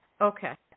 Okay